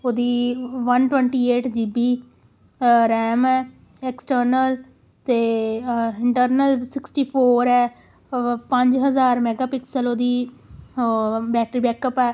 ਉਹਦੀ one twenty eight G B RAM ਹੈ external ਅਤੇ ਅ ਇੰਟਰਨਲ ਸਿਕਸਟੀ ਫੋਰ ਹੈ ਪੰਜ ਹਜ਼ਾਰ ਮੈਗਾ ਪਿਕਸਲ ਉਹਦੀ ਬੈਟਰੀ ਬੈਕਅਪ ਹੈ